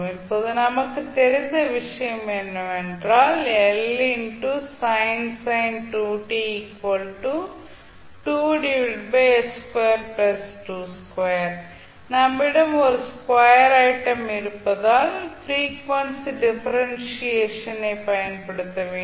இப்போது நமக்குத் தெரிந்த விஷயம் என்னவென்றால் நம்மிடம் ஒரு ஸ்கொயர் ஐட்டம் இருப்பதால் ஃப்ரீக்வன்சி டிஃபரென்ஷியேஷன் ஐ பயன்படுத்த வேண்டும்